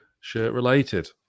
shirt-related